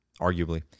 arguably